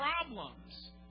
problems